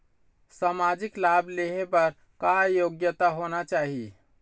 सामाजिक लाभ लेहे बर का योग्यता होना चाही?